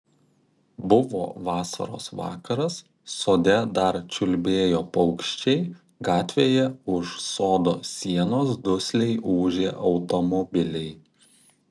buvo vasaros vakaras sode dar čiulbėjo paukščiai gatvėje už sodo sienos dusliai ūžė automobiliai